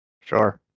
Sure